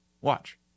Watch